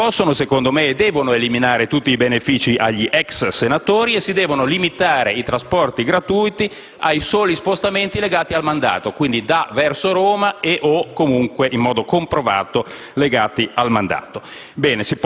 si possono e si devono eliminare tutti i benefici agli ex senatori e si devono limitare i trasporti gratuiti ai soli spostamenti legati al mandato, quindi da e verso Roma, e comunque in modo comprovato legati al mandato.